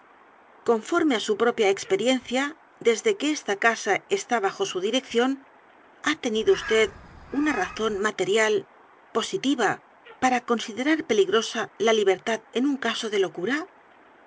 conforme á su propia experiencia desde que esta casa está bajo su dirección ha tenido vd una razón material positiva para considerar peligrosa la libertad en un caso de locura